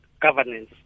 governance